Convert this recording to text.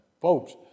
folks